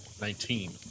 Nineteen